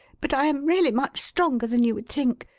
but i am really much stronger than you would think.